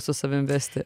su savim vesti